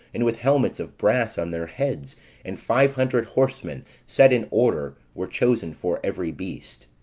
and with helmets of brass on their heads and five hundred horsemen set in order were chosen for every beast.